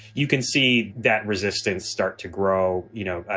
you can see that resistance start to grow. you know,